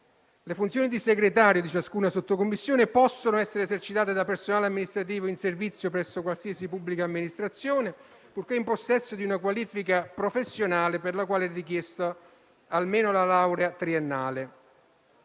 Le funzioni di segretario di ciascuna sottocommissione possono essere esercitate da personale amministrativo in servizio presso qualsiasi pubblica amministrazione, purché in possesso di una qualifica professionale per la quale è richiesta almeno la laurea triennale.